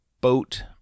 boat